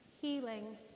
healing